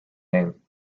name